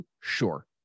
Sure